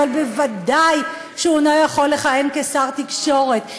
אבל ודאי שהוא לא יכול לכהן כשר תקשורת.